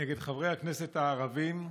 נגד חברי הכנסת הערבים,